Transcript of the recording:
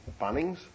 Bunnings